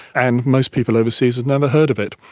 and most people overseas had never heard of it.